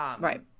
Right